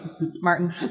Martin